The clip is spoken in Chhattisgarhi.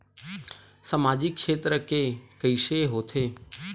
सामजिक क्षेत्र के कइसे होथे?